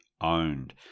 owned